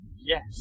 yes